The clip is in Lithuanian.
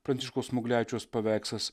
pranciškaus smuglevičiaus paveikslas